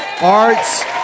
arts